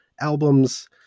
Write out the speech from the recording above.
albums